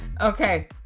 Okay